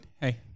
hey